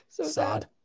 sad